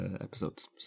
episodes